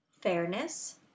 fairness